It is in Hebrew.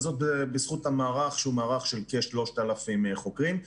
וזאת בזכות המערך של כ-3,000 חוקרים.